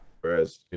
Whereas